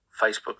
Facebook